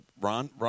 Ron